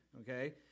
Okay